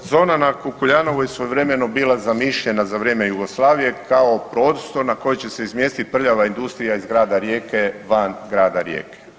Evo, zona na Kukuljanovu je istovremeno bila zamišljena za vrijeme Jugoslavije kao prostor na koje će se izmjestiti prljava industrija iz grada Rijeke van grada Rijeke.